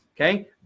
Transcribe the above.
okay